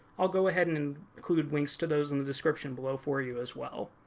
i'll go ahead and and include links to those in the description below for you as well.